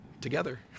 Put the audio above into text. together